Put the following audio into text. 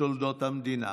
בתולדות המדינה